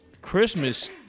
Christmas